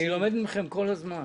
אני לומד מכם כל הזמן.